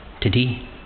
today